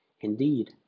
indeed